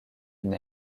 une